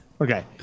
okay